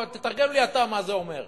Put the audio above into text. תתרגם לי אתה מה זה אומר.